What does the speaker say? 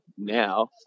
Now